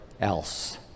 else